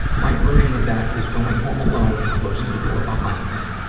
my version of that is going home alone and closing the door behind me.